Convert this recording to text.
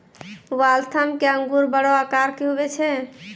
Waltham के अंगूर बड़ो आकार के हुवै छै